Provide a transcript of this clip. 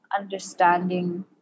understanding